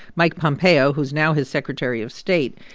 mike pompeo, who's now his secretary of state,